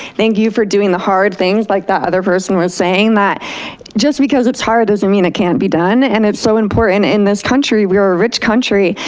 thank you for doing the hard things, like that other person was saying. that just because it's hard doesn't mean it can't be done. and it's so important in this country, we're a rich country.